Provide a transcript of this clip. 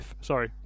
sorry